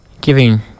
giving